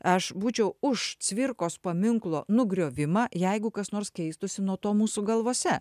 aš būčiau už cvirkos paminklo nugriovimą jeigu kas nors keistųsi nuo to mūsų galvose